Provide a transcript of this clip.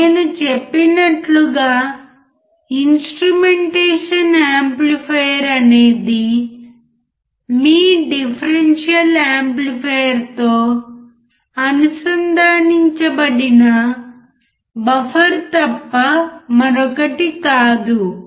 నేను చెప్పినట్లుగా instrumentation amplifier అనేది మీ డిఫరెన్షియల్ యాంప్లిఫైయర్తో అనుసంధానించబడిన బఫర్ తప్ప మరొకటి కాదు